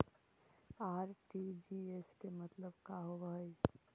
RTGS के मतलब का होव हई?